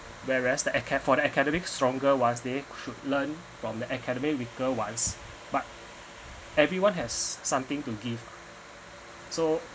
whereas the aca~ for the academic stronger ones they could learn from the academy weaker ones but everyone has something to give so